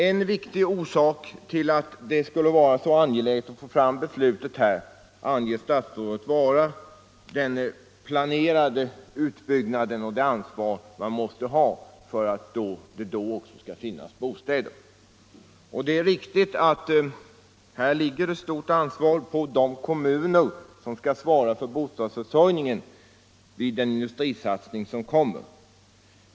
En viktig orsak till att det skulle vara så angeläget att få fram beslutet anger statsrådet vara den planerade utbyggnaden av industrin och det ansvar man måste ha för att det då också skall finnas bostäder. Det är riktigt att det här ligger ett stort ansvar på de kommuner som skall svara för bostadsförsörjningen vid den industrisatsning som kommer.